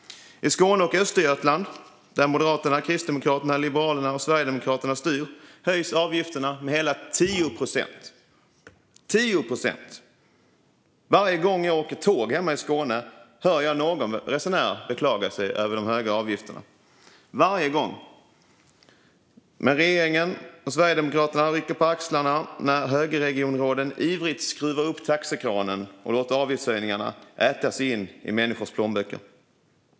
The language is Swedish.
I Skåne och Östergötland, där Moderaterna, Kristdemokraterna, Liberalerna och Sverigedemokraterna styr, höjs avgifterna med hela 10 procent - 10 procent! Varje gång jag åker tåg hemma i Skåne hör jag någon resenär beklaga sig över de höga avgifterna. Det händer varje gång. Men regeringen och Sverigedemokraterna rycker på axlarna när högerregionråden ivrigt skruvar upp taxekranen och låter avgiftshöjningarna äta sig in i människors plånböcker.